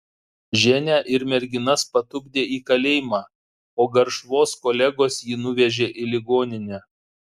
ženią ir merginas patupdė į kalėjimą o garšvos kolegos jį nuvežė į ligoninę